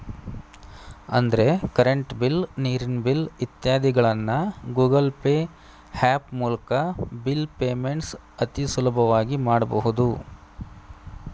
ಅಂದ್ರೆ current bill, ನೀರಿನ bill ಇತ್ಯಾದಿಗಳನ್ನ ಗೂಗಲ್ ಪೇ ಹ್ಯಾಪ್ ಮೂಲ್ಕ ಬಿಲ್ ಪೇಮೆಂಟ್ಸ್ ಅತಿ ಸುಲಭವಾಗಿ ಮಾಡಬಹುದು